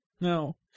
No